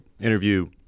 interview